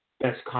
best